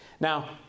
Now